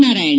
Narayana